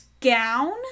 gown